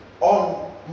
on